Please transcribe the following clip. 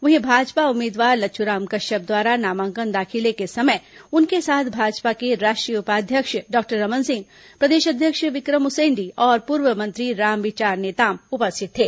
वहीं भाजपा उम्मीदवार लच्छ्राम कश्यप द्वारा नामांकन दाखिले के समय उनके साथ भाजपा के राष्ट्रीय उपाध्यक्ष डॉक्टर रमन सिंह प्रदेश अध्यक्ष विक्रम उसेंडी और पूर्व मंत्री रामविचार नेताम उपस्थित थे